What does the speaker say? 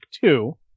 two